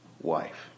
wife